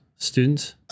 Students